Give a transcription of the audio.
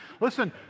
Listen